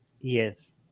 Yes